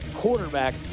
quarterback